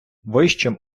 вищим